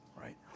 right